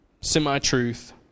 semi-truth